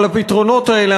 אבל הפתרונות האלה,